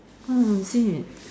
mm is it